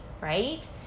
right